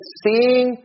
seeing